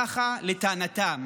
כך לטענתם.